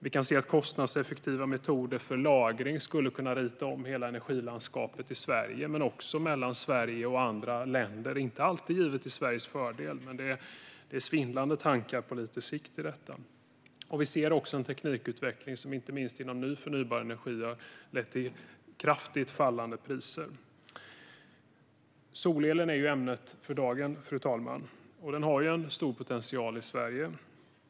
Vi kan se att kostnadseffektiva metoder för lagring skulle kunna rita om hela energilandskapet i Sverige - men också mellan Sverige och andra länder. Det är inte alltid givet att det blir till Sveriges fördel, men det är svindlande tankar på lite sikt i detta. Vi ser också en teknikutveckling som inte minst när det gäller ny förnybar energi har lett till kraftigt fallande priser. Solel är ämnet för dagen, fru talman, och den har stor potential i Sverige.